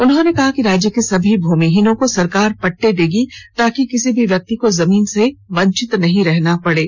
उन्होंने कहा कि राज्य के सभी भूमिहीनों को सरकार पट्टा देगी ताकि किसी भी व्यक्ति को जमीन से वंचित नहीं रहना पड़े